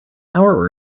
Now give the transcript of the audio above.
our